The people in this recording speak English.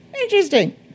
Interesting